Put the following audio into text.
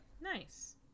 Nice